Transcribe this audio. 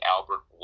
Albert